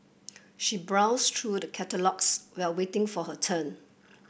she browsed through the catalogues while waiting for her turn